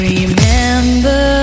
Remember